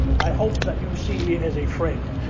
i hope that you see me as a friend.